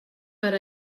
per